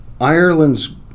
Ireland's